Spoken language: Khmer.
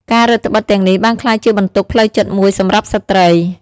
ការរឹតត្បិតទាំងនេះបានក្លាយជាបន្ទុកផ្លូវចិត្តមួយសម្រាប់ស្ត្រី។